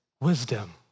wisdom